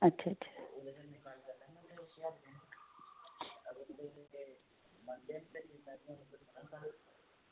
अच्छा अच्छा